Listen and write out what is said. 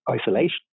isolation